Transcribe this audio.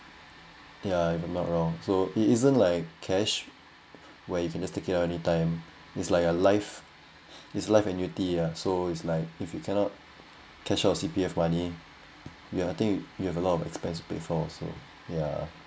yeah if I'm not wrong so it isn't like cash where you can just take it out anytime it's like a life is life annuity ah so it's like if you cannot cash out your C_P_F money you're think you have a lot of expense to pay for also yeah